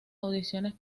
audiciones